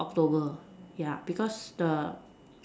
October yeah because the